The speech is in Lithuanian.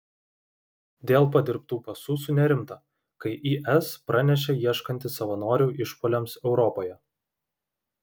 dėl padirbtų pasų sunerimta kai is pranešė ieškanti savanorių išpuoliams europoje